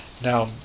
Now